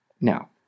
Now